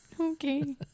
Okay